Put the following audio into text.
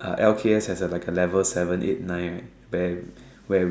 uh L_K_S has a like a level seven eight nine where we where